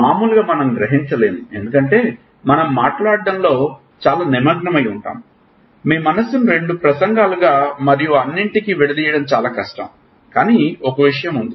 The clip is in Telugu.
మామూలుగా మనం గ్రహించలేము ఎందుకంటే మనం మాట్లాడటంలో చాలా నిమగ్నమై ఉంటాం మీ మనస్సును రెండు ప్రసంగాలుగా మరియు అన్నింటికీ విడదీయడం చాలా కష్టం కానీ ఒక విషయం ఉంది